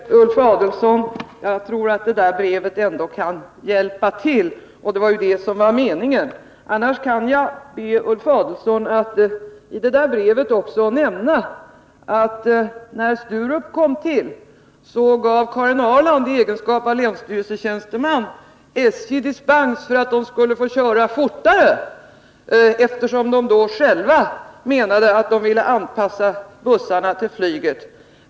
Herr talman! Jag tackar Ulf Adelsohn för att han lovar skriva ett sådant brev. Jag tror det skulle kunna hjälpa upp saken, och det var ju detta som var meningen. Jag skulle vilja be Ulf Adelsohn att i brevet också nämna att när Sturup kom till gav jag i egenskap av länsstyrelsetjänsteman SJ dispens så att de skulle få köra fortare, eftersom de då själva menade att de ville anpassa bussarna till flyget.